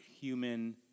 human